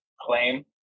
claim